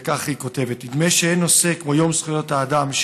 וכך היא כותבת: נדמה שאין נושא כמו יום זכויות האדם,